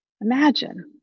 Imagine